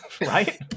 right